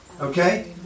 okay